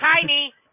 tiny